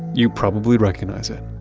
you probably recognize it.